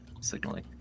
signaling